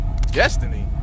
Destiny